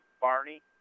Barney